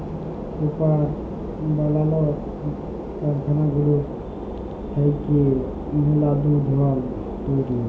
paper বালালর কারখালা গুলা থ্যাইকে ম্যালা দুষল তৈরি হ্যয়